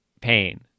pain